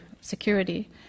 security